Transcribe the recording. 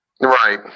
Right